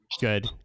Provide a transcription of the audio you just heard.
Good